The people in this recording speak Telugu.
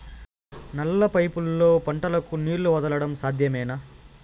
నల్ల పైపుల్లో పంటలకు నీళ్లు వదలడం సాధ్యమేనా?